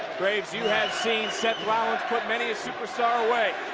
graves, you have seen seth rollins put many a superstar away.